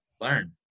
learn